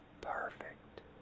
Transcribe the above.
perfect